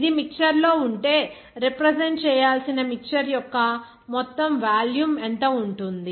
ఇది మిక్చర్ లో ఉంటే రిప్రజెంట్ చేయాల్సిన మిక్చర్ యొక్క మొత్తం వాల్యూమ్ ఎంత ఉంటుంది